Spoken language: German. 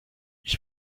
ich